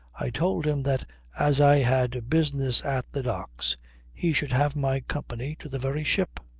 i told him that as i had business at the docks he should have my company to the very ship.